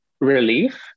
relief